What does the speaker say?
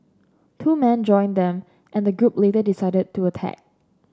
two men joined them and the group later decided to attack